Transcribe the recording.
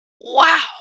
wow